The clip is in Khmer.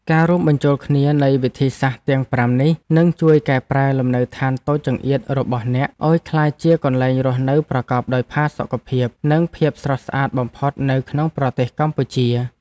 ការរួមបញ្ចូលគ្នានៃវិធីសាស្ត្រទាំងប្រាំនេះនឹងជួយកែប្រែលំនៅឋានតូចចង្អៀតរបស់អ្នកឱ្យក្លាយជាកន្លែងរស់នៅប្រកបដោយផាសុកភាពនិងភាពស្រស់ស្អាតបំផុតនៅក្នុងប្រទេសកម្ពុជា។